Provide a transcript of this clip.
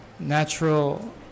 natural